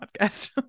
podcast